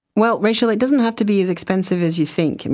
well, rachel, it doesn't have to be as expensive as you think.